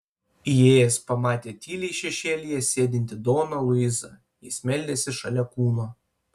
įėjęs pamatė tyliai šešėlyje sėdintį doną luisą jis meldėsi šalia kūno